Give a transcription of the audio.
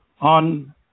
on